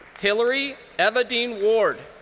hilary evadine ward.